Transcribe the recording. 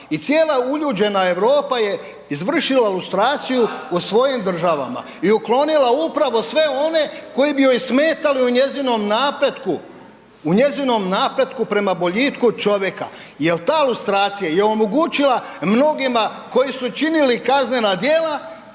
i cijela uljuđene Europa je izvršila lustraciju u svojim državama i uklonila upravo sve one koji bi joj smetali u njezinom napretku, u njezinom napretku prema boljitku čovjeka. Jer ta lustracija je omogućila mnogima koji su činili kaznena djela,